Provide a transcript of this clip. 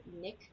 Nick